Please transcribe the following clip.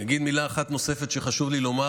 אני אגיד מילה אחת נוספת שחשוב לי לומר.